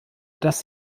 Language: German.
dass